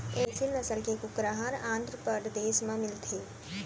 एसील नसल के कुकरा ह आंध्रपरदेस म मिलथे